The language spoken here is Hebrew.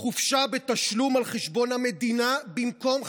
חופשה בתשלום על חשבון המדינה במקום חל"ת,